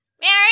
Mary